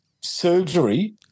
surgery